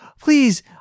please